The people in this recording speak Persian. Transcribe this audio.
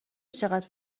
چقدر